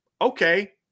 Okay